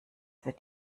wird